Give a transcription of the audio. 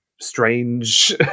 strange